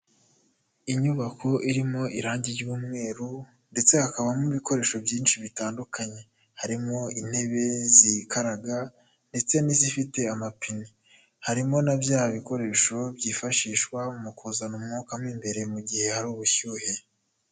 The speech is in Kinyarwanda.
Inyubako irimo irangi ry'umweru ndetse hakabamo ibikoresho byinshi bitandukanye, harimo intebe zikaraga ndetse n'izifite amapine, harimo na bya bikoresho byifashishwa mu kuzana umwuka mo imbere mu gihe hari ubushyuhe.